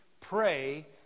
Pray